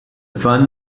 fund